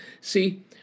See